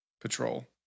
Patrol